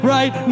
Right